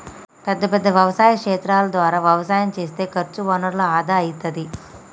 పెద్ద పెద్ద వ్యవసాయ క్షేత్రాల ద్వారా వ్యవసాయం చేస్తే ఖర్చు వనరుల ఆదా అయితది